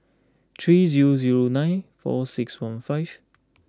three zero zero nine four six one five